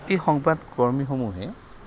এই সংবাদকৰ্মীসমূহে